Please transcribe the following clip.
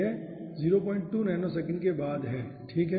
यह 02 nanosecond के बाद है ठीक है